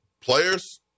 players